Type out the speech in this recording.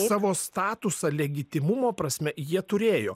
savo statusą legitimumo prasme jie turėjo